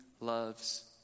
loves